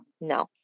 No